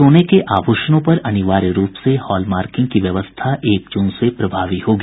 सोने के आभूषणों पर अनिवार्य रूप से हॉलमार्किंग की व्यवस्था एक जून से प्रभावी होगी